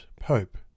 Pope